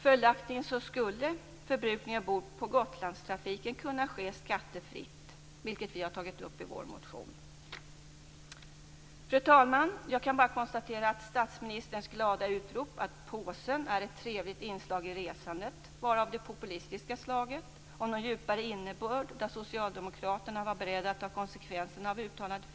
Följaktligen skulle förbrukning ombord på Gotlandstrafiken kunna ske skattefritt, vilket vi har tagit upp i vår motion. Fru talman! Jag kan bara konstatera att statsministerns glada utrop om att påsen är ett trevligt inslag i resandet var av det populistiska slaget. Någon djupare innebörd finns inte; socialdemokraterna var inte beredda att ta konsekvenserna av det uttalandet.